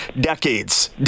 decades